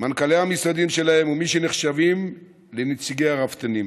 מנכ"לי המשרדים שלהם ומי שנחשבים לנציגי הרפתנים.